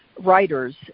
writers